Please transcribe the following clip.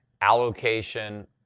allocation